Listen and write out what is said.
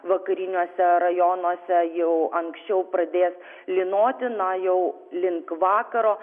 vakariniuose rajonuose jau anksčiau pradės lynoti na jau link vakaro